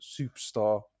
superstar